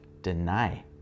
deny